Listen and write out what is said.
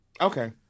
Okay